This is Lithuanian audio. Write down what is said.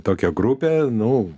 tokią grupę nu